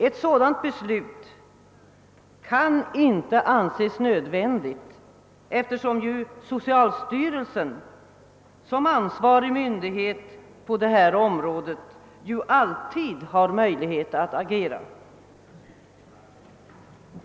Ett sådant beslut kan inte anses nödvändigt, eftersom ju «socialstyrelsen som ansvarig myndighet på detta om råde alltid har möjlighet att agera.